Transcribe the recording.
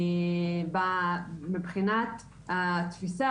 מבחינת התפיסה